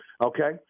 okay